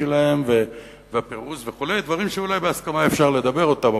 שלהן והפירוז וכו' דברים שאולי בהסכמה אפשר לדבר אותם.